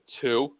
two